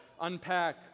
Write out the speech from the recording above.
unpack